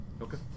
Okay